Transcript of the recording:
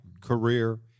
career